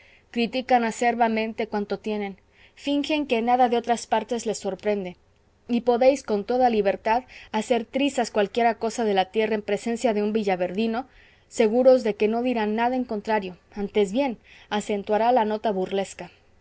critican acerbamente cuanto tienen fingen que nada de otras partes les sorprende y podéis con toda libertad hacer trizas cualquiera cosa de la tierra en presencia de un villaverdino seguros de que no dirá nada en contrario antes bien acentuará la nota burlesca